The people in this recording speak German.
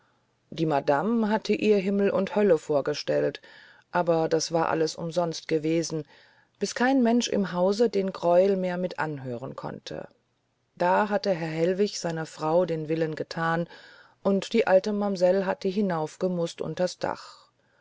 die madame hatte ihr himmel und hölle vorgestellt aber das war alles umsonst gewesen bis kein mensch im hause den greuel mehr mit anhören konnte da hatte herr hellwig seiner frau den willen gethan und die alte mamsell hatte hinauf gemußt unters dach